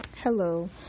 Hello